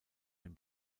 ein